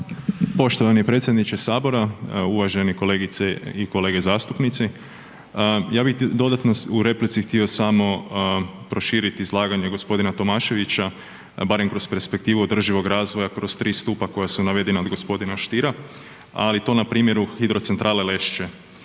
Poštovani predsjedniče HS, a uvaženi kolegice i kolege zastupnici. Ja bi dodatno u replici htio samo proširiti izlaganje g. Tomaševića barem kroz perspektivu održivog razvoja kroz 3 stupa koja su navedena od g. Stiera, ali to na primjeru Hidrocentrale Lešće.